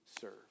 serve